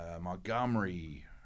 Montgomery